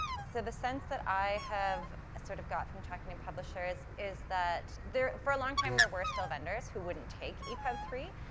so, the sense that i have, sort of, got from talking to publishers is that for a long time, there were still vendors who wouldn't take epub three,